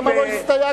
למה לא הסתייגת?